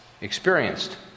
experienced